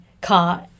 car